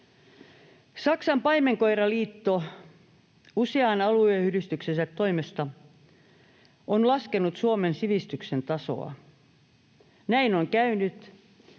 Saksanpaimenkoiraliitto usean alueyhdistyksensä toimesta on laskenut Suomen sivistyksen tasoa. Näin kävi,